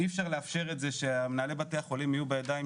אי אפשר לאפשר את זה שמנהלי בתי החולים יהיו בידיים